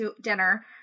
dinner